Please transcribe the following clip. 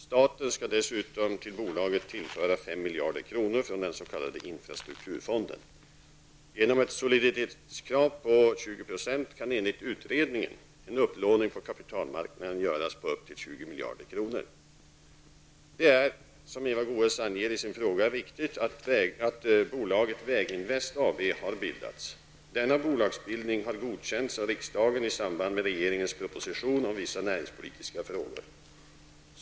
Staten skall dessutom till bolaget tillföra 5 miljarder kronor från den s.k. 20 % kan enligt utredningen en upplåning på kapitalmarknaden göras på upp till 20 miljarder kronor. Det är, som Eva Goe s anger i sin fråga, riktigt att bolaget Väginvest AB har bildats. Denna bolagsbildning har godkänts av riksdagen i samband med regeringens proposition om vissa näringspolitiska frågor.